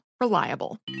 Reliable